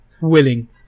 willing